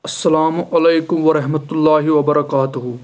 السلام علیکم ورحمۃ اللہ وبرکاتہ